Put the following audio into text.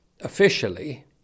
officially